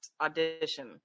audition